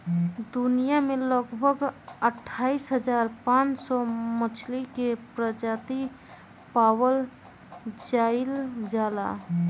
दुनिया में लगभग अठाईस हज़ार पांच सौ मछली के प्रजाति पावल जाइल जाला